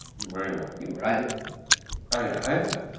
really. and you write. oh yeah,